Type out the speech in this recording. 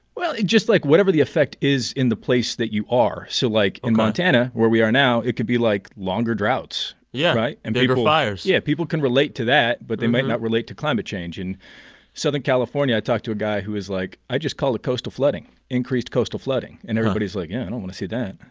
well, it just like whatever the effect is in the place that you are. so, like, in montana, where we are now, it could be like longer droughts, yeah right? and people. yeah, and bigger fires yeah, people can relate to that, but they might not relate to climate change. in southern california, i talked to a guy who is like, i just call it coastal flooding increased coastal flooding. and everybody's like, yeah i don't want to see that.